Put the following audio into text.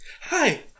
Hi